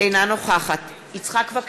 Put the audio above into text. אינה נוכחת יצחק וקנין,